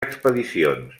expedicions